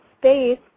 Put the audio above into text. space